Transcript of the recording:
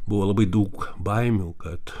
buvo labai daug baimių kad